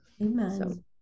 Amen